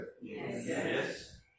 Yes